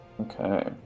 Okay